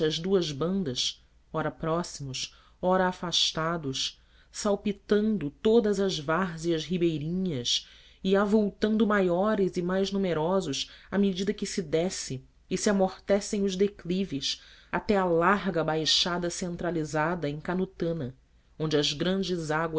duas bandas ora próximos ora afastados salpintando todas as várzeas ribeirinhas e avultando maiores e mais numerosos à medida que se desce e se amortecem os declives até a larga baixada centralizada em cantuama onde as grandes águas